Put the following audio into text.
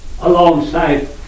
alongside